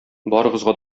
барыгызга